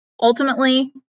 ultimately